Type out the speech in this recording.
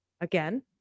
again